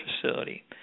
facility